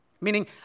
Meaning